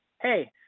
hey